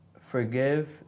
forgive